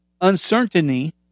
uncertainty